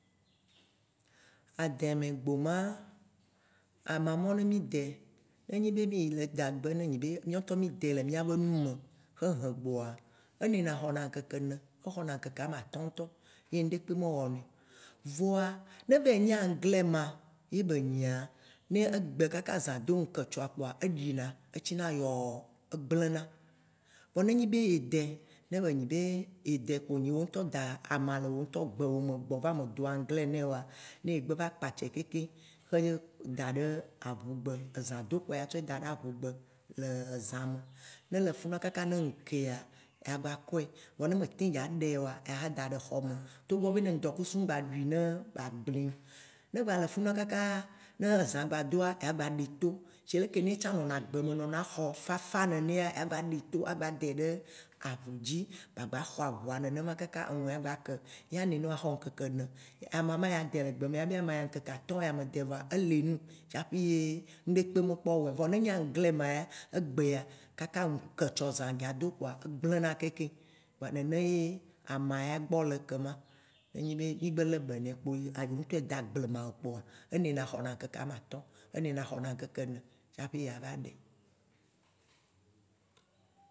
Ademe, gboma, ama mɔwo, ne mì dɛ, ne nyi be mì le dagbe, ye nyi be, mìɔŋtɔ mì dɛ le mìabe nu me xe he gbɔa, enina xɔna ŋkeke ene, exɔna ŋkeke amatɔ̃ ŋtɔ ye ŋɖeke me wɔ nɛ o. Vɔa ne va yi nyi anglai ma ye be nyia, ne egbe kaka nu neke tsɔ kpoa eɖi na etsi na yɔɔɔ, egblena. Vɔ nenye be edɛ, ye be nyi be, woŋtɔ da ama le wò ŋtɔ gbewò me gbɔva medo anglai nɛ oa, ye egbe va kpatsɛ kekeŋ xe da ɖe ahũ gbe, azã do kpoa atsɔ da ɖe ahũ gbe le zã me, ne ele funua kaka ne ŋkea ya gba koe. Vɔ ne meteŋ dza ɖae oa axa da ɖe xɔ me. Togbɔ be ne ŋdɔkusu mgba ɖui ne bagbli o. Ne gba le funua kaka ne zã gba doa, ya gba ɖeto, sie ɖeke yetsã nɔna gbe me nɔna xɔ fafa nenea, ya gba ɖe to agba dɛ ɖe ahũ dzi ba gba xɔ ahua nene kaka enu ya gba ke. Yea nɔenɔ axɔ ŋkeke ene. Ama ma ya dɛ le gbe me abe ŋkeke atɔ̃ ye ya me dɛ le gbe me voa eli num tsafe ye ŋɖekpe me kpɔ wɔɛ o. Vɔ ne nye anglai ma yea, egbea kaka ŋke tsɔ zã dza do kpoa, egblena keŋkeŋ. Kpoa nene ye ama ya gbɔ le ye kema. Ne nye be mì gbe le be nɛ kpo yi a ŋtɔ eda gblemawò kpoa, enena xɔna ŋkeke ame atɔ̃, exɔna eke ene tsaƒe ya va ɖɛ.